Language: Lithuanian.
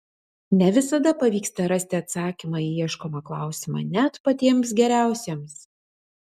ne visada pavyksta rasti atsakymą į ieškomą klausimą net patiems geriausiems